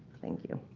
thank you.